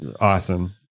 awesome